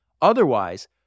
Otherwise